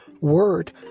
word